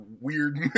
weird